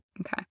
Okay